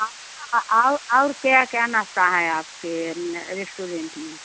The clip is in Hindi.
और और क्या क्या नाश्ता है आपके रेस्टोरेंट में